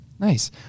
Nice